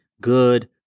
good